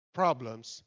problems